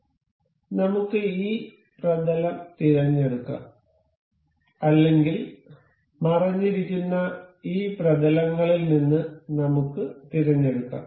അതിനാൽ നമുക്ക് ഈ പ്രതലം തിരഞ്ഞെടുക്കാം അല്ലെങ്കിൽ മറഞ്ഞിരിക്കുന്ന ഈ പ്രതലങ്ങളിൽ നിന്ന് നമുക്ക് തിരഞ്ഞെടുക്കാം